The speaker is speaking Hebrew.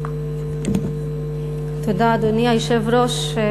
אדוני היושב-ראש,